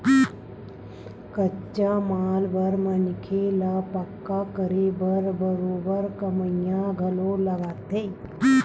कच्चा माल बर मनखे ल पक्का करे बर बरोबर कमइया घलो लगथे